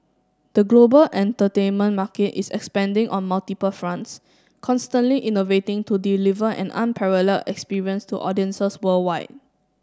the global entertainment market is expanding on multiple fronts constantly innovating to deliver an unparalleled experience to audiences worldwide